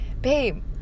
babe